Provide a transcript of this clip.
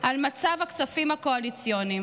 על מצב הכספים הקואליציוניים.